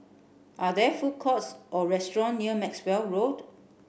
are there food courts or restaurant near Maxwell Road